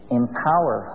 empower